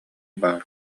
баар